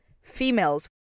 females